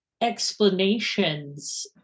explanations